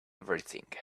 everything